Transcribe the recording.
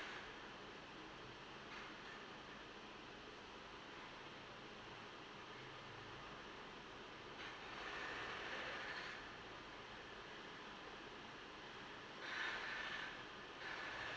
uh